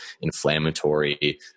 inflammatory